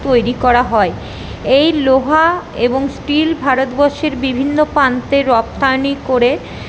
তৈরি করা হয় এই লোহা এবং স্টিল ভারতবর্ষের বিভিন্ন পান্তে রপ্তানি করে